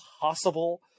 possible